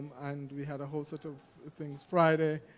and we had a whole set of things friday,